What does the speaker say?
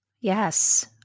yes